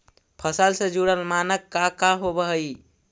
फसल से जुड़ल मानक का का होव हइ?